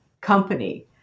company